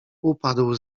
upadł